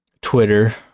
Twitter